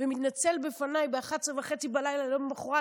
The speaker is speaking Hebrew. ומתנצל בפניי ב-23:30 למוחרת,